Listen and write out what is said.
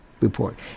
report